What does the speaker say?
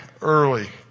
early